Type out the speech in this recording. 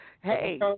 hey